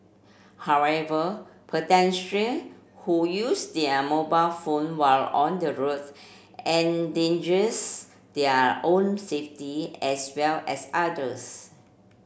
however pedestrian who use their mobile phone while on the road endangers their own safety as well as others